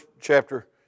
chapter